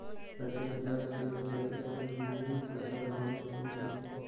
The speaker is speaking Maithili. प्रत्येक वर्ष कृषि चक्र से भूमि प्रभावित होइत अछि